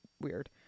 weird